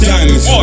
Diamonds